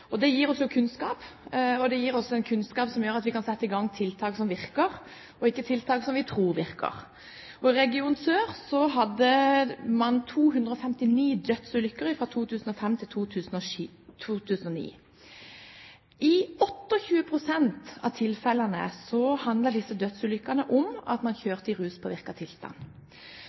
Det gir oss jo kunnskap, kunnskap som gjør at vi kan sette i gang tiltak som virker, og ikke tiltak som vi tror virker. I Region sør hadde man 259 dødsulykker fra 2005 til 2009. I 28 pst. av tilfellene handler disse dødsulykkene om at man kjørte i ruspåvirket tilstand. I dag har vi hørt statsråden snakke om at det ikke bare handler om veiens tilstand,